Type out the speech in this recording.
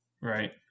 Right